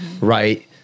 right